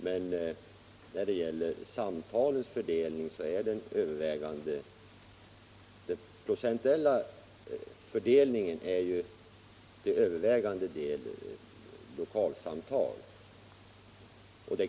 Ser man på den procentuella fördelningen av telefonsamtalen finner man att den övervägande delen är lokalsamtal.